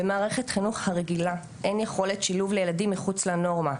במערכת חינוך הרגילה אין יכולת שילוב לילדים מחוץ לנורמה,